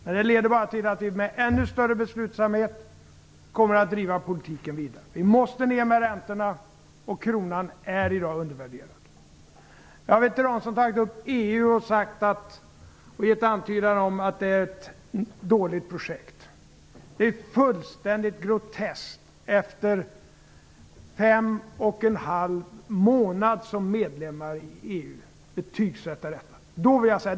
Men det leder bara till att vi med ännu större beslutsamhet kommer att driva politiken vidare. Vi måste få ner räntorna, och kronan är i dag undervärderad. Jag vet att det finns de som har antytt att EU är ett dåligt projekt. Men det är fullständigt groteskt att efter fem och en halv månad som medlemmar i EU betygsätta detta.